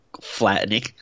flattening